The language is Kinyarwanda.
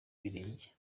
ibirenge